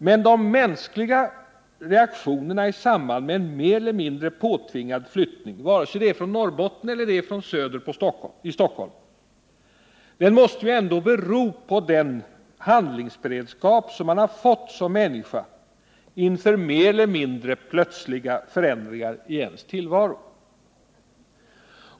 Men de mänskliga reaktionerna i samband med en mer eller mindre påtvingad flyttning, vare sig det är från Norrbotten eller från Söder i Stockholm, måste ändå bero på den handlingsberedskap som man har fått som människa inför mer eller mindre plötsliga förändringar i ens tillvaro.